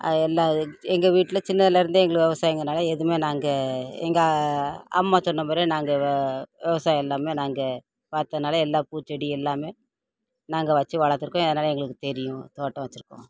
அது எல்லா இது எங்கள் வீட்டில் சின்னதில் இருந்தே எங்களுக்கு விவசாயம்ங்கிறதனால எதுவுமே நாங்கள் எங்கள் அம்மா சொன்ன மாதிரியே நாங்கள் வே விவசாயம் எல்லாமே நாங்கள் பார்த்தனால எல்லா பூச்செடி எல்லாமே நாங்கள் வச்சு வளர்த்துருக்கோம் அதனால எங்களுக்கு தெரியும் தோட்டம் வச்சிருக்கோம்